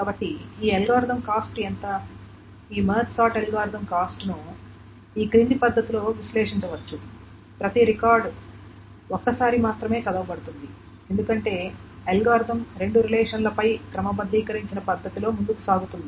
కాబట్టి ఈ algorithm cost ఎంత ఈ మెర్జ్ సార్ట్ అల్గోరిథం కాస్ట్ ను ఈ క్రింది పద్ధతిలో విశ్లేషించవచ్చు ప్రతి రికార్డ్ ఒక్కసారి మాత్రమే చదవబడుతుంది ఎందుకంటే అల్గోరిథం రెండు రిలేషన్ లపై క్రమబద్ధీకరించబడిన పద్ధతిలో ముందుకు సాగుతుంది